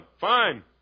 Fine